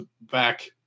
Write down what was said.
back